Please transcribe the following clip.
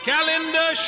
Calendar